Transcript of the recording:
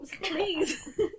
please